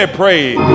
praise